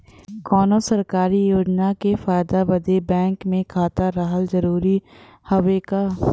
कौनो सरकारी योजना के फायदा बदे बैंक मे खाता रहल जरूरी हवे का?